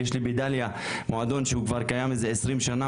יש לי בדליה מועדון שקיים כבר 20 שנים,